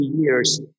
years